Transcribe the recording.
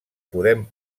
podem